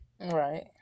Right